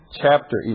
chapter